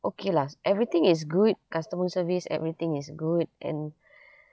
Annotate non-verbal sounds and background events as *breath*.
okay lah everything is good customer service everything is good and *breath*